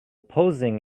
posing